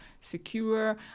secure